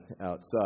outside